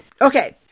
okay